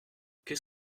qu’est